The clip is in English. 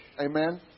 Amen